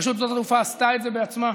רשות שדות התעופה עשתה את זה בעצמה.